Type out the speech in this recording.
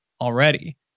already